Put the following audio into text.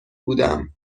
بودم